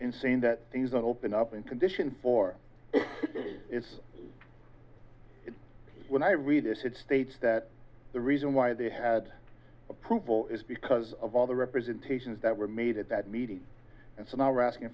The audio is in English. saying that he's not open up in condition for it is when i read this it states that the reason why they had approval is because of all the representations that were made at that meeting and so now we're asking